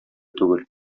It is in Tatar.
түгел